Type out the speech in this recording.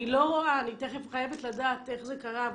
אני חייבת לדעת איך זה קרה,